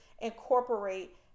incorporate